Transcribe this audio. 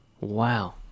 Wow